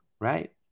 right